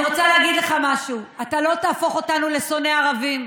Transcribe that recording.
אני רוצה להגיד לך משהו: אתה לא תהפוך אותנו לשונאי ערבים.